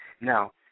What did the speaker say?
Now